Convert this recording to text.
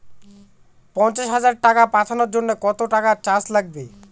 পণ্চাশ হাজার টাকা পাঠানোর জন্য কত টাকা চার্জ লাগবে?